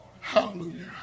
Hallelujah